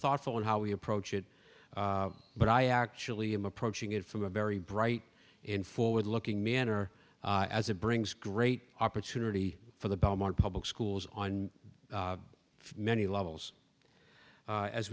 thoughtful and how we approach it but i actually i'm approaching it from a very bright and forward looking manner as it brings great opportunity for the belmont public schools on many levels